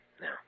Now